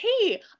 hey